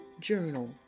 journal